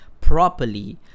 properly